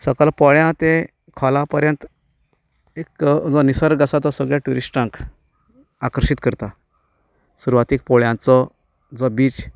सकयल पोळ्यां तें खोला पऱ्यांत एक निसर्ग आसा तो सगळ्या ट्युरिस्टांक आकर्शीत करता सुरवातेक पोळ्यांचो जो बीच